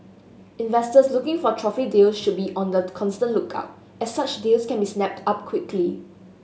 investors looking for trophy deal should be on the constant lookout as such deals can be snapped up quickly